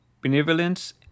Benevolence